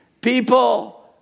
People